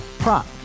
Prop